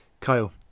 Kyle